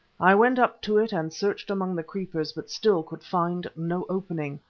i went up to it and searched among the creepers, but still could find no opening.